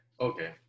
okay